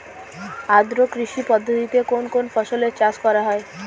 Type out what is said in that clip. আদ্র কৃষি পদ্ধতিতে কোন কোন ফসলের চাষ করা হয়?